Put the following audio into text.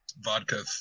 vodka